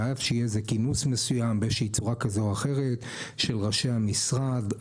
חייב שיהיה איזה כינוס מסוים באיזושהי צורה כזו או אחרת של ראשי המשרד,